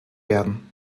werden